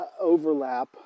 overlap